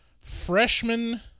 freshman